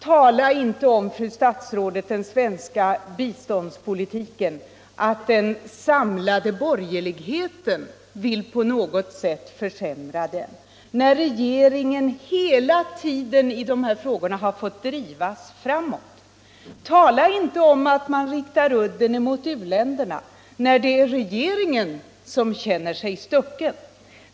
Påstå inte, fru statsrådet, att den samlade borgerligheten vill försämra biståndspolitiken när verkligheten är att regeringen hela tiden i dessa frågor har fått drivas framåt! Tala inte om att rikta udden mot u-länderna när det är regeringen som känner sig stucken!